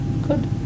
Good